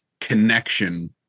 connection